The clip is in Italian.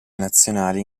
nazionali